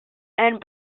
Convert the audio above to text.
and